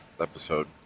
episode